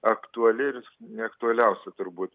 aktuali ir aktualiausia turbūt